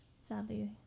sadly